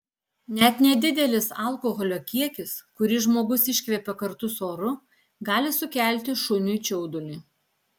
net nedidelis alkoholio kiekis kurį žmogus iškvepia kartu su oru gali sukelti šuniui čiaudulį